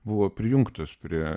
buvo prijungtas prie